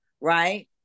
right